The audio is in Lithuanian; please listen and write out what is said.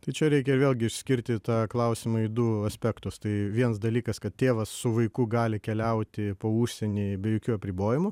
tai čia reikia vėlgi išskirti tą klausimą į du aspektus tai vienas dalykas kad tėvas su vaiku gali keliauti po užsienį be jokių apribojimų